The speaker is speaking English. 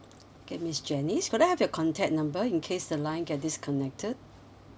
okay miss janice could I have your contact number in case the line get disconnected